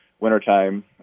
wintertime